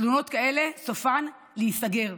תלונות כאלה, סופן להיסגר.